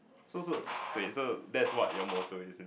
so so wait so that's what your motto is